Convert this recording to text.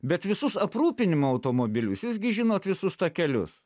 bet visus aprūpinimo automobilius jūs gi žinot visus takelius